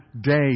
day